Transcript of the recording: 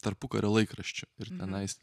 tarpukario laikraščiu ir tenais